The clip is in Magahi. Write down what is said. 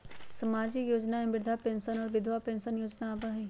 सामाजिक योजना में वृद्धा पेंसन और विधवा पेंसन योजना आबह ई?